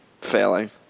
failing